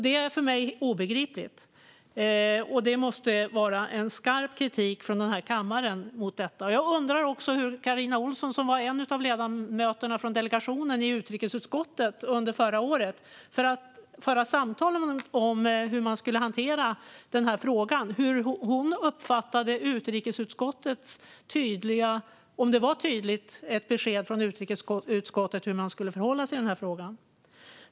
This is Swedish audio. Detta är för mig obegripligt. Det måste komma skarp kritik mot detta från denna kammare. Jag undrar också om Carina Ohlsson, som förra året var en av ledamöterna från utrikesutskottet i delegationen, när samtal fördes om hur denna fråga skulle hanteras uppfattade utrikesutskottets besked om hur man skulle förhålla sig som tydligt.